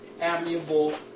amiable